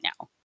now